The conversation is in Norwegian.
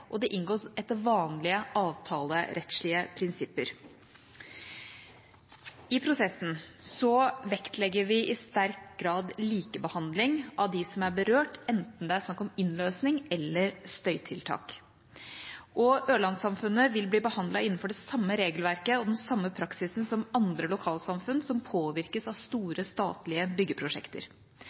og de inngås etter vanlige avtalerettslige prinsipper. I prosessen vektlegger vi i sterk grad likebehandling av dem som er berørt, enten det er snakk om innløsning eller støytiltak. Ørlandsamfunnet vil bli behandlet innenfor det samme regelverket og den samme praksisen som andre lokalsamfunn som påvirkes av store statlige byggeprosjekter.